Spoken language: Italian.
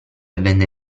vende